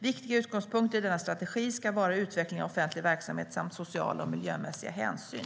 Viktiga utgångspunkter i denna strategi ska bland annat vara utveckling av offentlig verksamhet samt sociala och miljömässiga hänsyn.